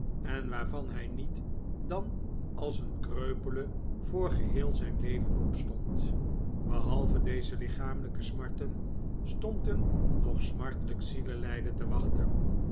en waarvan hij niet dan als een kreupele voor geheel zijn leven opstond behalve deze lichamelijke smarten stond hem nog smartelijk zielelijden te wachten